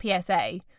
PSA